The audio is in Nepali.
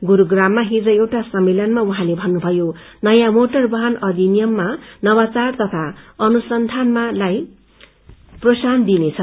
गुस्खाममा हिज एउटा सम्मेलनमा उहाँले भत्रुभयो नयाँ मोटर वाहन अधिनियममा नवाचार तथा अनुसन्बानलाई प्रोत्साहन दिइनेछ